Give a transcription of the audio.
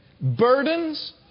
Burdens